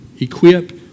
equip